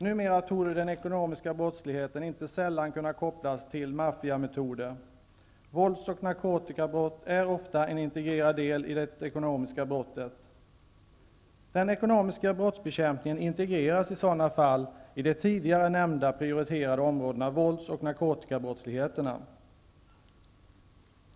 Numera torde den ekonomiska brottsligheten inte sällan kunna koppas till maffiametoder. Vålds och narkotikabrott är ofta en integrerad del i det ekonomiska brottet. Den ekonomiska brottsbekämpningen integreras i sådant fall i det tidigare nämnda prioriterade området vålds och narkotikabrottsligheten.